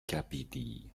kabylie